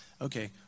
okay